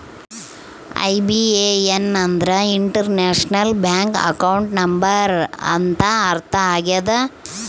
IBAN ಅಂದ್ರೆ international bank account number ಅಂತ ಅರ್ಥ ಆಗ್ಯದ